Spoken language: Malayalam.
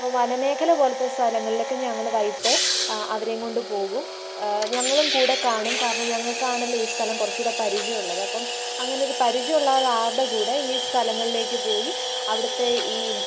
അപ്പോള് വന മേഖല പോലത്തെ സലങ്ങളിലൊക്കെ ഞങ്ങള് വൈകിട്ട് അവരെയും കൊണ്ട് പോകും ഞങ്ങളും കൂടെ കാണും കാരണം ഞങ്ങള്ക്കാണല്ലോ ഈ സ്ഥലം കുറച്ചുകൂടെ പരിചയമുള്ളത് അപ്പോള് അങ്ങനെയൊരു പരിചയമുള്ള ഒരാളുടെ കൂടെ ഈ സ്ഥലങ്ങളിലേക്ക് പോയി അവിടുത്തെ ഈ